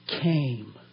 came